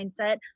mindset